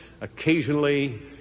Occasionally